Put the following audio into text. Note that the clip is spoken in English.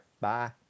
Bye